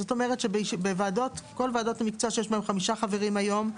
זאת אומרת שבכל ועדות המקצוע שיש בהן חמישה חברים היום,